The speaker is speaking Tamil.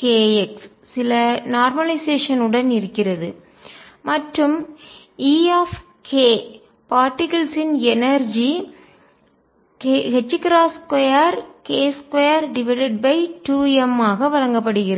kxeikx சில நார்மலைசேஷன் உடன் இயல்பாக்கலுடன் இருக்கிறது மற்றும் E பார்ட்டிக்கல்ஸ் யின் எனர்ஜி துகள்களின் ஆற்றல் 2k22m ஆக வழங்கப்படுகிறது